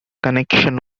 connection